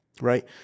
Right